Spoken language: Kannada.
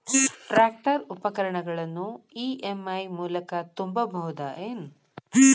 ಟ್ರ್ಯಾಕ್ಟರ್ ಉಪಕರಣಗಳನ್ನು ಇ.ಎಂ.ಐ ಮೂಲಕ ತುಂಬಬಹುದ ಏನ್?